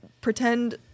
pretend